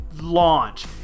launch